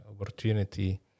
opportunity